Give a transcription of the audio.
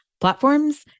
platforms